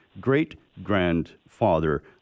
great-grandfather